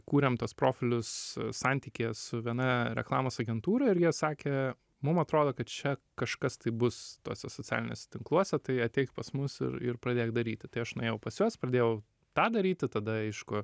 kūrėm tuos profilius santykyje su viena reklamos agentūra ir jie sakė mum atrodo kad čia kažkas tai bus tuose socialiniuose tinkluose tai ateik pas mus ir ir pradėk daryti tai aš nuėjau pas juos pradėjau tą daryti tada aišku